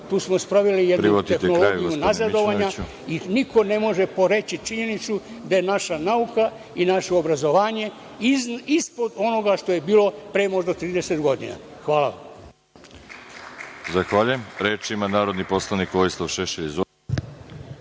Tu smo sproveli jednu ideologiju nazadovanja i niko ne može poreći činjenicu da su naša nauka i naše obrazovanje ispod onoga što je bilo pre možda 30 godina. Hvala.